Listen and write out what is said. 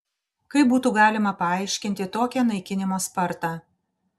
kaip būtų galima paaiškinti tokią naikinimo spartą